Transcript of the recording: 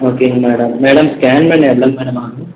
ஓகேங்க madam madam scan பண்ண எவ்வளோ மேடம் ஆகும்